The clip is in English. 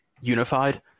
unified